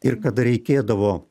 ir kada reikėdavo